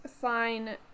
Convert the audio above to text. fine